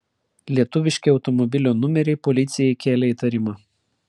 lietuviški automobilio numeriai policijai kėlė įtarimą